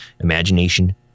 imagination